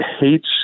hates